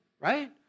right